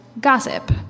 gossip